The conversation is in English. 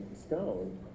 stone